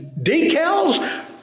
decals